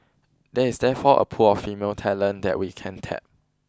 there is therefore a pool of female talent that we can tap